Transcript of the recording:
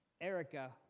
Erica